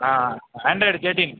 ah Android thirteen